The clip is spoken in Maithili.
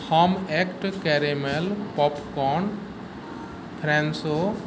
हम एक्ट कैरेमेल पॉपकॉर्न फ्रेशो